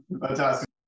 Fantastic